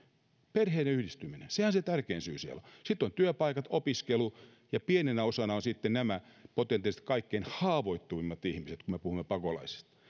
perheiden yhdistyminen sehän se tärkein syy siellä on sitten ovat työpaikat opiskelu ja pienenä osana ovat nämä potentiaaliset kaikkein haavoittuvimmat ihmiset kun me puhumme pakolaisista